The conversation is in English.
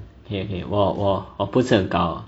okay okay 我不是很高